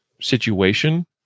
situation